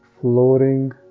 floating